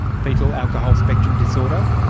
fetal alcohol spectrum disorder,